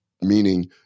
meaning